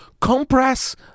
compress